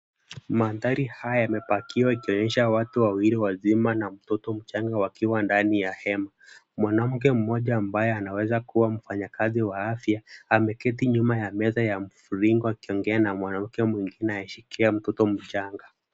Mandhari haya yamepakiwa ikionyesha watu wawili wazima na mtoto mchanga wakiwa ndani ya hema, mwanamke mmoja ambaye anaweza kuwa mfanyakazi wa afya ameketi nyuma ya meza ya mviringo akiongea na mwanamke mwingine anayeshikilia mtoto mchanga.